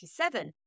1987